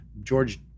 George